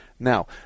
Now